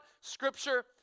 Scripture